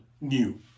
new